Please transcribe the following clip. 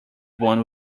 won